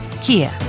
Kia